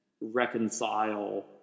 reconcile